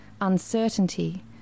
uncertainty